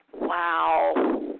Wow